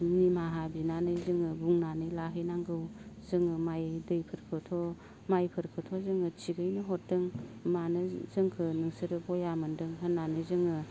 निमाहा बिनानै जोङो बुंनानै लाहैनांगौ जोङो माइ दैफोरखौथ' माइफोरखोथ' जोङो थिगैनो हरदों मानो जोंखो नोंसोरो बया मोन्दों होननानै जोङो